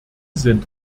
sind